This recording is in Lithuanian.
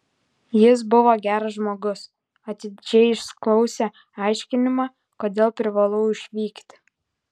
jis buvo geras žmogus atidžiai išklausė aiškinimą kodėl privalau išvykti